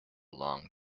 long